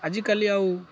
ଆଜିକାଲି ଆଉ